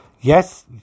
Yes